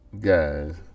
guys